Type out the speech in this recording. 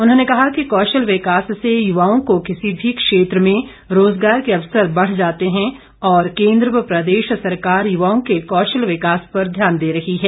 उन्होंने कहा कि कौशल विकास से युवाओं को किसी भी क्षेत्र में रोजगार के अवसर बढ़ जाते हैं और केंद्र व प्रदेश सरकार युवाओं के कौशल विकास पर ध्यान दे रही है